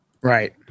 Right